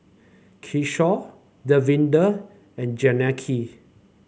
Kishore Davinder and Janaki